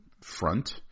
front